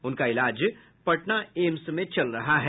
उनका इलाज पटना एम्स में चल रहा है